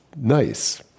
Nice